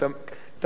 תמיד שנון.